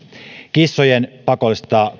kissojen pakollista